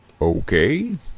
Okay